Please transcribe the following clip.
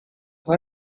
her